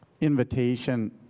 invitation